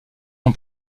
son